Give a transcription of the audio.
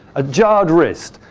a jarred wrist,